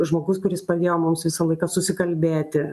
žmogus kuris padėjo mums visą laiką susikalbėti